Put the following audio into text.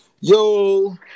Yo